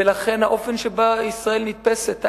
ולכן האופן שבו ישראל נתפסת,